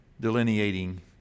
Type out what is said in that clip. delineating